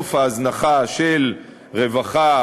בסוף ההזנחה של רווחה,